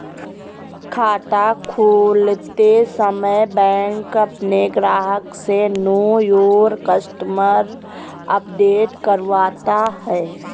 खाता खोलते समय बैंक अपने ग्राहक से नो योर कस्टमर अपडेट करवाता है